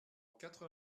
quatre